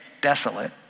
desolate